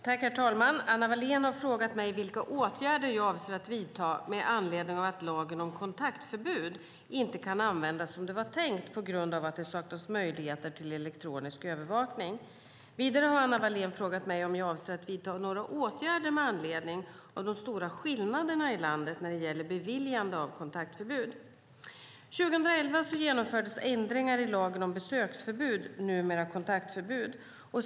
Herr talman! Anna Wallén har frågat mig vilka åtgärder jag avser att vidta med anledning av att lagen om kontaktförbud inte kan användas som det var tänkt på grund av att det saknas möjligheter till elektronisk övervakning. Vidare har Anna Wallén frågat mig om jag avser att vidta några åtgärder med anledning av de stora skillnaderna i landet när det gäller beviljande av kontaktförbud. År 2011 genomfördes ändringar i lagen om besöksförbud, numera kontaktförbud.